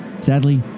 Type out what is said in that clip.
Sadly